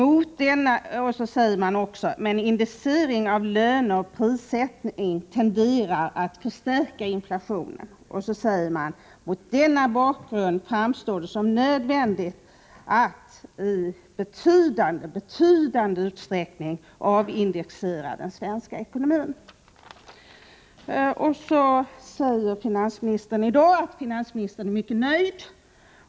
Vidare sades det där: Indexering av löner och prissättning tenderar att förstärka inflationen. Mot denna bakgrund framstår det som nödvändigt att i betydande utsträckning avindexera den svenska ekonomin. I dag säger finansministern att han är mycket nöjd.